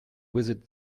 visit